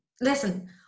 listen